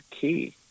key